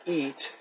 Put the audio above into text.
eat